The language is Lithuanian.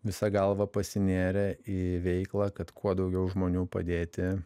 visa galva pasinėrė į veiklą kad kuo daugiau žmonių padėti